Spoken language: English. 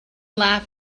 laugh